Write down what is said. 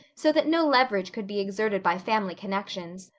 so that no leverage could be exerted by family connections.